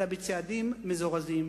אלא בצעדים מזורזים.